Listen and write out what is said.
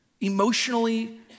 emotionally